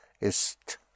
ist